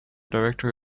directory